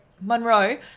Monroe